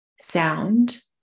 sound